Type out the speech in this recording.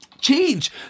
change